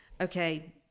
okay